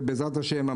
ובעזרת השם,